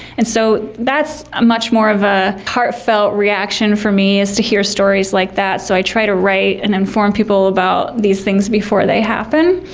and so that's ah much more of a heartfelt reaction from me, is to hear stories like that, so i try to write and inform people about these things before they happen.